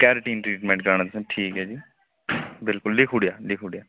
keratin treatment कराना तुसें ठीक ऐ जी बिल्कुल लिखी ओड़ेआ ओड़ेआ